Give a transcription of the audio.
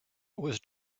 was